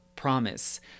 Promise